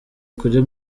kuri